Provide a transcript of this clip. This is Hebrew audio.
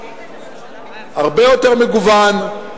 הרבה יותר מגוון.